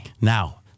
Now